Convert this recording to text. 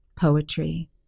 poetry